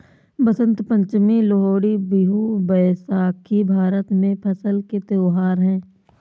बसंत पंचमी, लोहड़ी, बिहू, बैसाखी भारत में फसल के त्योहार हैं